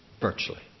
virtually